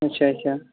اچھا اچھا